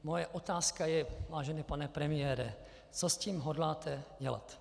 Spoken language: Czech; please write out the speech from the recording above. Moje otázka je, vážený pane premiére, co s tím hodláte dělat.